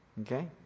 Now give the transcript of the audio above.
Okay